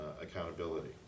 accountability